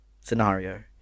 scenario